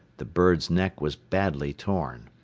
the bird's neck was badly torn.